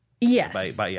yes